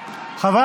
נגד?